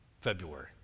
February